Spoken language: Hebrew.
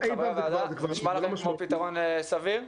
נשמע לכם כמו פתרון סביר?